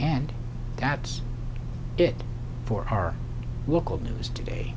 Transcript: and that's it for our local news today